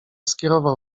skierował